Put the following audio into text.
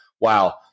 wow